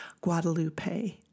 Guadalupe